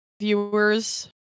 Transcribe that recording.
viewers